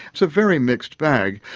it's a very mixed bag.